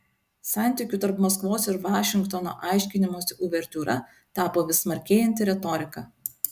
santykių tarp maskvos ir vašingtono aiškinimosi uvertiūra tapo vis smarkėjanti retorika